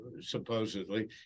supposedly